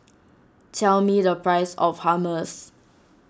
tell me the price of Hummus